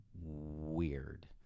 weird